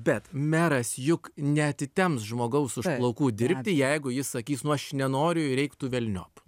bet meras juk neatitemps žmogaus už plaukų dirbti jeigu jis sakys nu aš nenoriu ir eik tu velniop